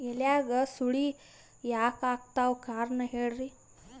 ಎಲ್ಯಾಗ ಸುಳಿ ಯಾಕಾತ್ತಾವ ಕಾರಣ ಹೇಳ್ರಿ?